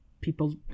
people